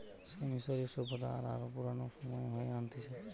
সে মিশরীয় সভ্যতা আর আরো পুরানো সময়ে হয়ে আনতিছে